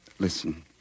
Listen